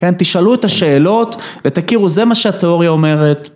‫תשאלו את השאלות, ‫ותכירו, זה מה שהתיאוריה אומרת.